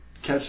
catch